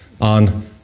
on